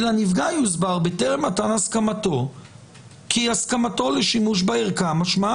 כי לנפגע יוסבר בטרם מתן הסכמתו כי הסכמתו לשימוש בערכה משמעה